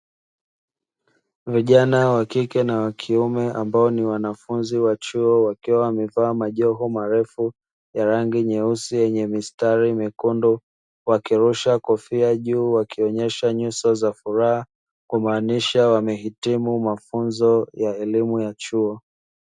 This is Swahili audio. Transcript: Vijana wakike na wakiume ambao ni wanafunzi wa chuo wakiwa wamevaa majoho marefu ya rangi nyeusi yenye mistari myekundu, wakirusha kofia juu wakionyesha nyuso za furaha kumaanisha wamehitimu mafunzo ya elimu ya chuo.